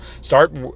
start